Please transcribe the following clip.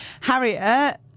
Harriet